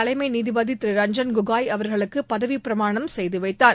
தலைமை நீதிபதி திரு ரஞ்சன் கோகாய் அவர்களுக்கு பதவிப் பிரமாணம் செய்து வைத்தார்